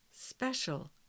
special